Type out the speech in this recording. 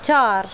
चार